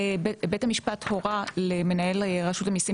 בית המשפט הורה למנהל רשות המיסים,